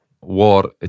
war